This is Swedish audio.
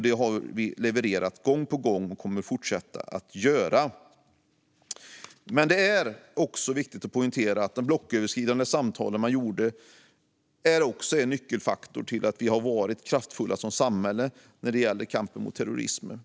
Det har vi levererat gång på gång, och det kommer vi att fortsätta att göra. Det är dock viktigt att poängtera att de blocköverskridande samtal man hade också är en nyckelfaktor till att vi har varit kraftfulla som samhälle när det gäller kampen mot terrorismen.